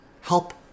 Help